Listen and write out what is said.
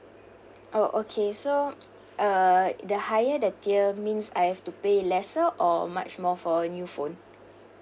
oh okay so uh the higher the tier means I have to pay lesser or much more for a new phone